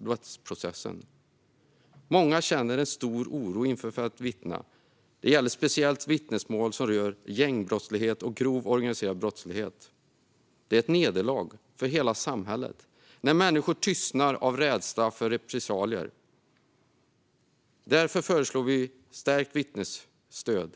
rättsprocessen. Många känner en stor oro inför att vittna. Det gäller speciellt vittnesmål som rör gängbrottslighet och grov organiserad brottslighet. Det är ett nederlag för hela samhället när människor tystnar av rädsla för repressalier. Därför föreslår vi stärkt vittnesstöd.